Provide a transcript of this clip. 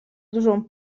dużą